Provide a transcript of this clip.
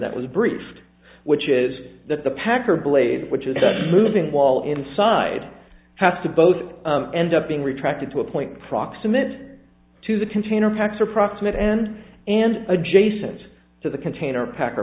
that was briefed which is that the packer blade which is the moving wall inside has to both end up being retracted to a point proximate to the container packs are proximate end and adjacent to the container packer